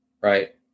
Right